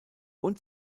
und